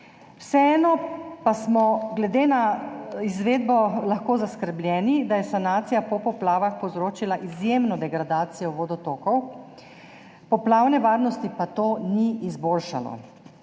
vseeno pa smo glede na izvedbo lahko zaskrbljeni, da je sanacija po poplavah povzročila izjemno degradacijo vodotokov, poplavne varnosti pa to ni izboljšalo.